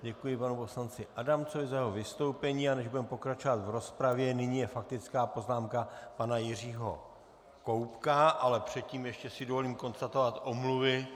Děkuji panu poslanci Adamcovi za jeho vystoupení, a než budeme pokračovat v rozpravě nyní je faktická poznámka pana Jiřího Koubka, ale předtím si ještě dovolím konstatovat omluvy.